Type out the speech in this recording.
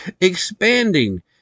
Expanding